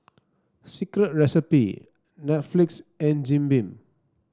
Secret Recipe Netflix and Jim Beam